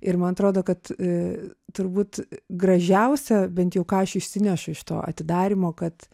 ir man atrodo kad turbūt gražiausia bent jau ką aš išsinešu iš to atidarymo kad